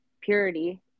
purity